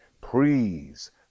please